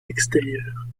extérieure